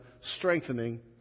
strengthening